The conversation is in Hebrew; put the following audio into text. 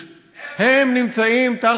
הם נמצאים תחת כיבוש, איפה?